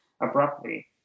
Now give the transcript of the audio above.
abruptly